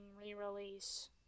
re-release